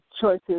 choices